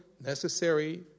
necessary